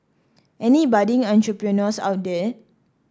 any budding entrepreneurs out there